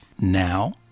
Now